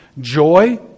Joy